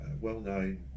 well-known